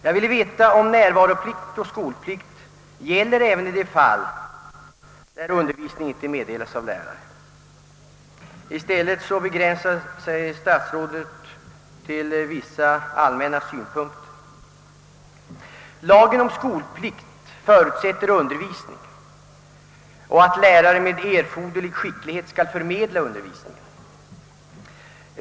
Jag ville veta om närvaroplikt och skolplikt gäller även i de fall där undervisning inte meddelas av lärare. I stället begränsar sig statsrådet till vissa allmänna synpunkter. Lagen om skolplikt förutsätter undervisning och att lärare med erforderlig skicklighet skall meddela undervisningen.